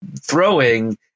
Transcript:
throwing